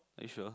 are you sure